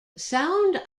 sound